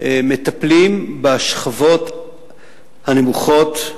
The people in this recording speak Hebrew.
מטפלים בשכבות הנמוכות,